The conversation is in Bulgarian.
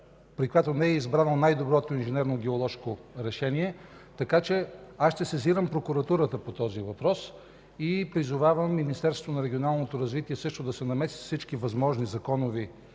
при която не е избрано най-доброто инженерно-геоложко решение, така че аз ще сезирам Прокуратурата по този въпрос. Призовавам и Министерството на регионалното развитие и благоустройството също да се намеси с всички възможни законови